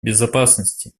безопасности